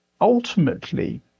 ultimately